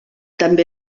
també